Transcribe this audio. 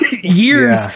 years